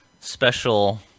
special